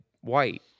white